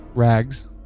Rags